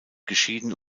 geschieden